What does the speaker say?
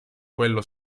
quello